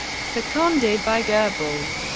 seconded by goebbels,